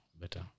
better